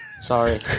Sorry